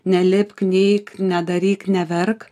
nelipk neik nedaryk neverk